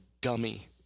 dummy